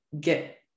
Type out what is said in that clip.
get